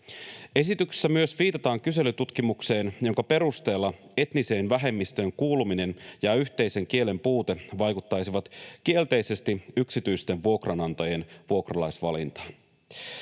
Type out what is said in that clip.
Esityksessä myös viitataan kyselytutkimukseen, jonka perusteella etniseen vähemmistöön kuuluminen ja yhteisen kielen puute vaikuttaisivat kielteisesti yksityisten vuokranantajien vuokralaisvalintaan.